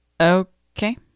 okay